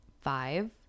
Five